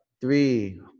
three